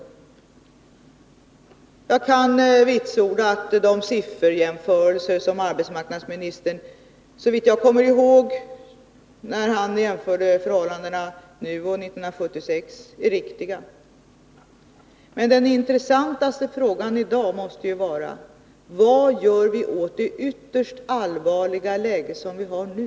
Jag kan vitsorda att de sifferjämförelser som arbetsmarknadsministern gjorde mellan förhållandena nu och 1976 är riktiga. Men den intressantaste frågan i dag måste ju vara: Vad gör vi åt det ytterst allvarliga läge som vi har nu?